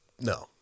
no